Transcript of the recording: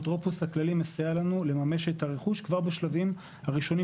האפוטרופוס הכללי מסייע לנו לממש את הרכוש כבר בשלבים הראשונים,